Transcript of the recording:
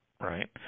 Right